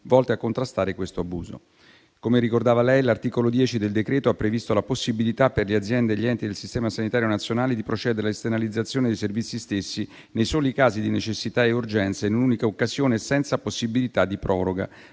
volte a contrastare questo abuso. Come ricordava il senatore Zaffini, l'articolo 10 del decreto ha previsto la possibilità, per le aziende e gli enti del Sistema sanitario nazionale, di procedere alla esternalizzazione dei servizi stessi nei soli casi di necessità e urgenza, in un'unica occasione, senza possibilità di proroga